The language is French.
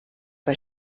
pas